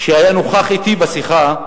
שהיה נוכח אתי בשיחה,